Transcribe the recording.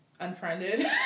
unfriended